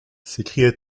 s’écria